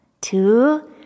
two